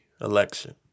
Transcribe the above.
election